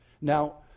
Now